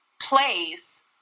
place